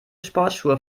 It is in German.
sportschuhe